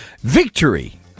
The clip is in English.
Victory